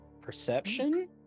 Perception